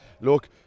Look